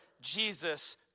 Jesus